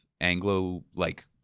Anglo-like